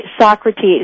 Socrates